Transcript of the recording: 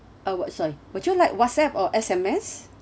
uh what sorry would you like whatsapp or S_M_S